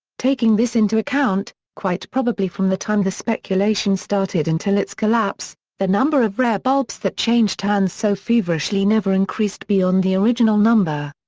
taking this into account, quite probably from the time the speculation started until its collapse, the number of rare bulbs that changed hands so feverishly never increased beyond the original number.